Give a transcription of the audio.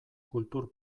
kultur